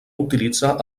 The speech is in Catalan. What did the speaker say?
utilitza